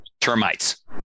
termites